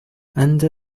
under